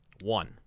One